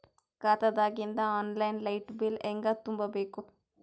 ಖಾತಾದಾಗಿಂದ online light bill ಹೇಂಗ ತುಂಬಾ ಬೇಕು?